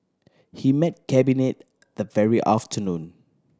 he met Cabinet that very afternoon